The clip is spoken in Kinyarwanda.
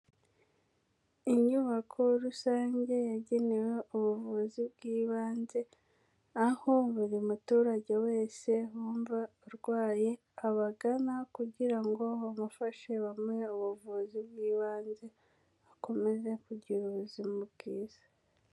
Inyubako rusange yagenewe ubuvuzi bw'ibanze, aho buri muturage wese wumva arwaye abagana kugira ngo bamufashe bamuhe ubuvuzi bw'ibanze akomeze kugira ubuzima bwiza.